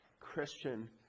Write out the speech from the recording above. Christian